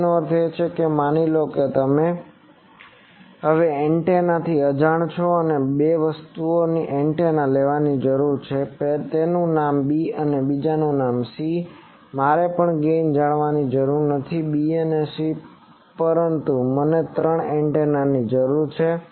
તો તેનો અર્થ એ કે માની લો કે એ એ એન્ટેના છે જે અજાણ છે મારે વધુ બે એન્ટેના લેવાની જરૂર છે તેમનું નામ 'b' અને બીજું નામ 'c' છે હવે મારે પણ ગેઈન જાણવાની જરૂર નથી 'b' અને c' પરંતુ મને ત્રણ એન્ટેનાની જરૂર છે